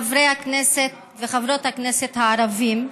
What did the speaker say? חברי הכנסת וחברות הכנסת הערבים,